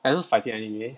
like those fighting anime